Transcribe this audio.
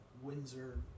Windsor